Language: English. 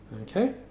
Okay